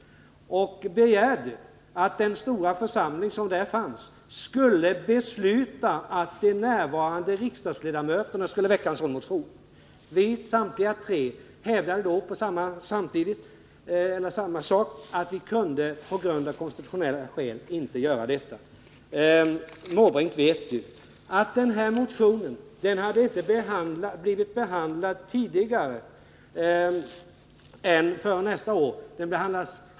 Han begärde att den stora församling som där fanns skulle besluta att de närvarande riksdagsledamöterna skulle väcka en sådan motion. Vi hävdade då alla tre att vi av konstitutionella skäl inte kunde göra detta. Bertil Måbrink vet ju att den här motionen inte skulle ha blivit behandlad förrän nästa år.